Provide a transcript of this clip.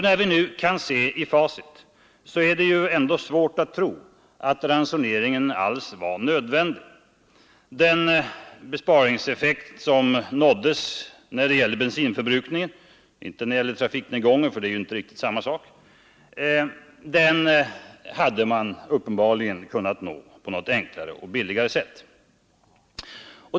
När vi nu kan se i facit är det svårt att tro att ransoneringen alls var nödvändig. Den besparingseffekt som nåddes när det gäller bensinförbrukningen — inte när det gäller trafiknedgången, det är inte riktigt samma sak — hade man uppenbarligen kunnat nå på något enklare och billigare sätt.